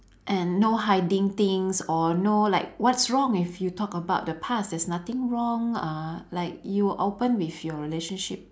and no hiding things or no like what's wrong if you talk about the past there's nothing wrong uh like you open with your relationship